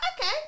okay